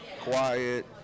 quiet